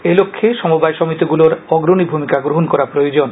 এ লক্ষে সমবায় সমিতিগুলির অগ্রণী ভূমিকা গ্রহণ করা প্রয়োজন